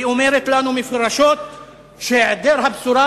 היא אומרת לנו מפורשות שהעדר הבשורה,